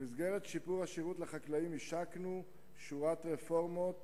במסגרת שיפור השירות לחקלאים השקנו שורת רפורמות